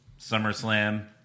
SummerSlam